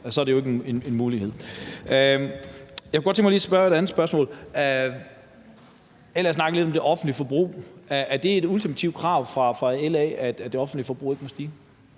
Så er det jo ikke en mulighed. Jeg kunne godt tænke mig lige at stille et andet spørgsmål. LA snakkede lidt om det offentlige forbrug. Er det et ultimativt krav fra LA, at det offentlige forbrug ikke må stige?